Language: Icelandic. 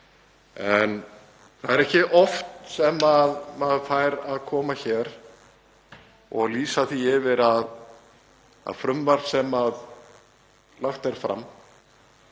En það er ekki oft sem maður fær að koma hér og lýsa því yfir að frumvarp sem lagt er fram